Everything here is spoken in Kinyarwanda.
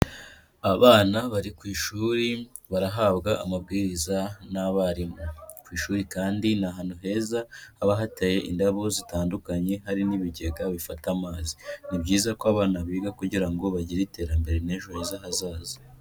Abana bari ku ishuri barahabwa amabwiriza n'abarimu. Ku ishuri kandi ni ahantu heza haba hateye indabo zitandukanye hari n'ibigega bifata amazi. Ni byiza ko abana biga kugira ngo bagire iterambere n'ejo heza hazaza.